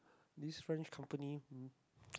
this French company um